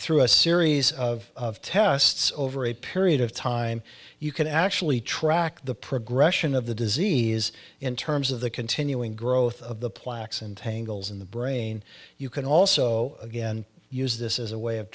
through a series of tests over a period of time you can actually track the progression of the disease in terms of the continuing growth of the plaques and tangles in the brain you can also again use this as a way of